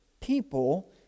people